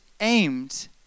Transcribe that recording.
aimed